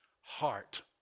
heart